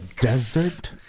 desert